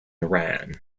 iran